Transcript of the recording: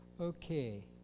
Okay